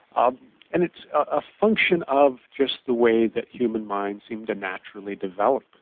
ah and it's a function of just the way that human minds seem to naturally develop.